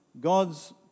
God's